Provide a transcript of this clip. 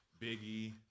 Biggie